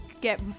get